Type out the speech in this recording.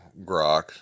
Grok